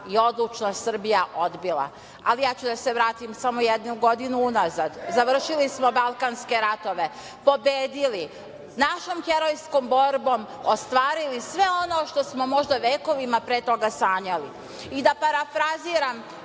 i odlučna Srbija odbila. Ja ću da se vratim samo jednu godinu unazad. Završili smo balkanske ratove, pobedili našom herojskom borbom ostvarili sve ono što smo možda vekovima pre toga sanjali. Da parafraziram